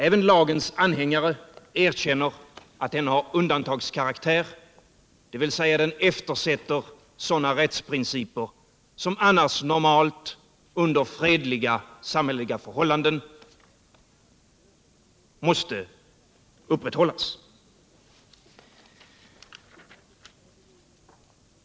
Även lagens anhängare erkänner att den har undantagskaraktär, dvs. att den eftersätter sådana rättsprinciper som annars normalt under fredliga samhälleliga förhållanden måste upprätthållas.